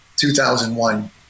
2001